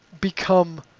become